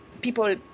people